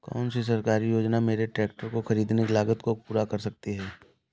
कौन सी सरकारी योजना मेरे ट्रैक्टर को ख़रीदने की लागत को पूरा कर सकती है?